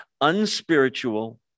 unspiritual